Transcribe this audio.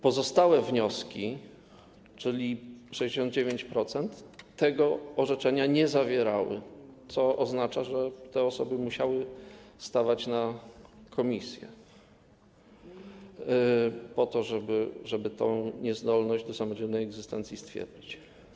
Pozostałe wnioski, czyli 69%, tego orzeczenia nie zawierały, co oznacza, że te osoby musiały stawać na komisji, po to żeby tę niezdolność do samodzielnej egzystencji stwierdzić.